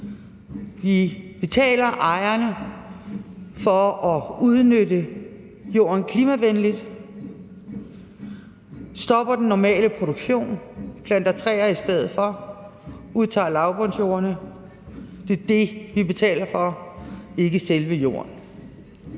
Vi betaler ejerne for at udnytte jorden klimavenligt, stopper den normale produktion, planter træer i stedet for, udtager lavbundsjorderne. Det er det, som vi betaler for, og ikke selve jorden,